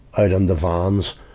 out in the vans,